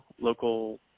local